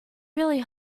really